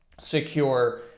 secure